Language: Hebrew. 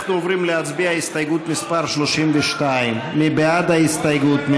אנחנו עוברים להצביע על הסתייגות מס' 32. מי בעד ההסתייגות?